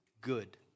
Good